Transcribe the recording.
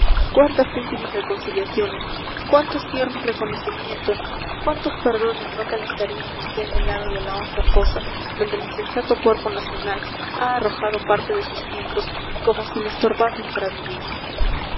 cuántas íntimas reconciliaciones cuántos tiernos reconocimientos cuántos perdones no calentarían el seno helado de la honda fosa donde el insensato cuerpo nacional ha arrojado parte de sus miembros como si le estorbasen para vivir